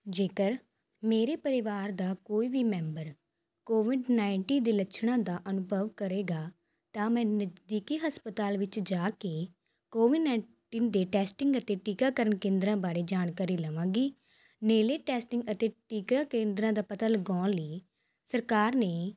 ਜੇਕਰ ਮੇਰੇ ਪਰਿਵਾਰ ਦਾ ਕੋਈ ਵੀ ਮੈਂਬਰ ਕੋਵਿਡ ਨਾਈਟੀ ਦੇ ਲੱਛਣਾਂ ਦਾ ਅਨੁਭਵ ਕਰੇਗਾ ਤਾਂ ਮੈਂ ਨਜ਼ਦੀਕੀ ਹਸਪਤਾਲ ਵਿੱਚ ਜਾ ਕੇ ਕੋਵਿਡ ਨਾਈਟੀਨ ਦੇ ਟੈਸਟਿੰਗ ਅਤੇ ਟੀਕਾਕਰਨ ਕੇਂਦਰਾਂ ਬਾਰੇ ਜਾਣਕਾਰੀ ਲਵਾਂਗੀ ਨੇੜੇ ਟੈਸਟਿੰਗ ਅਤੇ ਟੀਕਾ ਕੇਂਦਰਾਂ ਦਾ ਪਤਾ ਲਗਾਉਣ ਲਈ ਸਰਕਾਰ ਨੇ